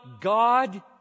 God